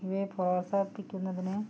ഇവയെ പ്രോത്സാഹിപ്പിക്കുന്നതിന്